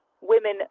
women